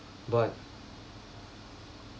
but